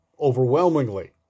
overwhelmingly